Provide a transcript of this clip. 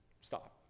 stop